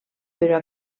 però